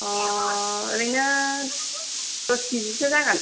अ ओरैनो दस के जि सो जागोन